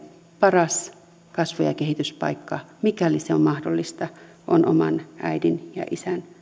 paras kasvu ja kehityspaikka mikäli se on mahdollista on oman äidin ja isän